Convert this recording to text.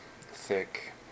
thick